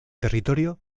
territorio